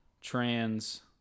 Trans